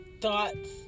thoughts